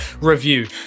review